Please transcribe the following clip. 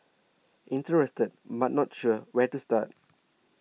interested but not sure where to start